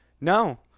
No